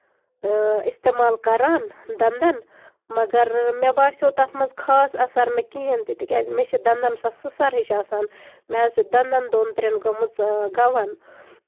اِستعمال کران دَنٛدَن مَگر مےٚ باسیٚو تَتھ منٛز خاص اَثر نہٕ کِہیٖنٛۍ تہِ تِکیٛازِ مےٚ چھِ دَنٛدَن سۄ سٕسر ہِش آسان مےٚ حظ چھِ دَنٛدَن دۅن ترٛیٚن گٲمٕژ گَوَن